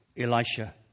Elisha